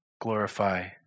glorify